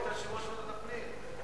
היית יושב-ראש ועדת הפנים.